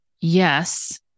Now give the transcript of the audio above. Yes